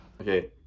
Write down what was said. Okay